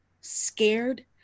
scared